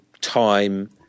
time